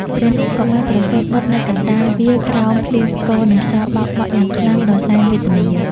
ព្រះនាងក៏បានប្រសូត្របុត្រនៅកណ្ដាលវាលក្រោមភ្លៀងផ្គរ និងខ្យល់បោកបក់យ៉ាងខ្លាំងដ៏សែនវេទនា។